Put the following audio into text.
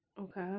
Okay